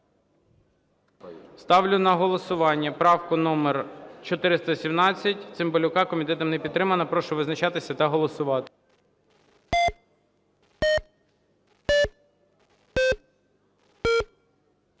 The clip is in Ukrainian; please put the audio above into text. Ставлю на голосування правку номер 417 Цимбалюка. Комітетом не підтримана. Прошу визначатися та голосувати.